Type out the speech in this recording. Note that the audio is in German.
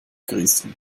gerissen